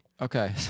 Okay